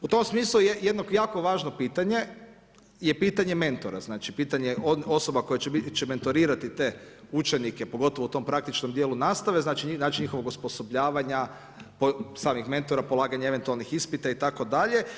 U tom smislu jedno jako važno pitanje je pitanje mentora, znači pitanje osoba koje će mentorirati te učenike pogotovo u tom praktičnom dijelu nastave, znači način njihovog osposobljavanja samih mentora, polaganje eventualnih ispita itd.